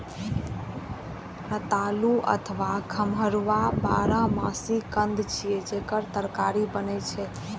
रतालू अथवा खम्हरुआ बारहमासी कंद छियै, जेकर तरकारी बनै छै